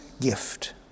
gift